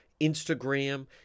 instagram